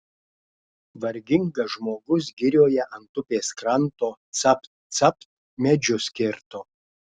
vargingas žmogus girioje ant upės kranto capt capt medžius kirto